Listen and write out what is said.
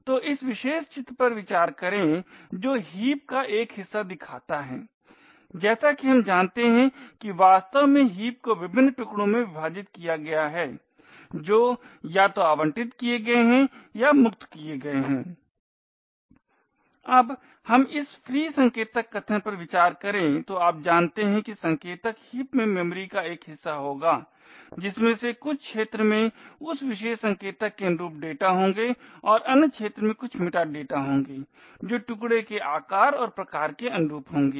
तो इस विशेष चित्र पर विचार करें जो हीप का एक हिस्सा दिखाता है जैसा कि हम जानते हैं कि वास्तव में हीप को विभिन्न टुकड़ों में विभाजित किया गया है जो या तो आवंटित किए गए हैं या मुक्त किए गए हैं अब हम इस free संकेतक कथन पर विचार करें तो आप जानते हैं कि संकेतक हीप में मेमोरी का एक हिस्सा होगा जिसमें से कुछ क्षेत्र में उस विशेष संकेतक के अनुरूप डेटा होंगे और अन्य क्षेत्र में कुछ मेटाडेटा होंगे जो टुकडे के आकार और प्रकार के अनुरूप होंगे